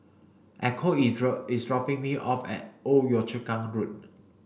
Echo is is dropping me off at Old Yio Chu Kang Road